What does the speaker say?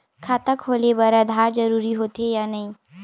खाता खोले बार आधार जरूरी हो थे या नहीं?